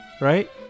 right